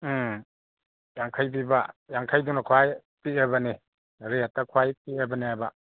ꯎꯝ ꯌꯥꯡꯈꯩ ꯄꯤꯕ ꯌꯥꯡꯈꯩꯗꯨꯅ ꯈ꯭ꯋꯥꯏ ꯄꯤꯛꯑꯕꯅꯤ ꯔꯦꯠꯇ ꯈ꯭ꯋꯥꯏ ꯄꯤꯛꯑꯕꯅꯦꯕ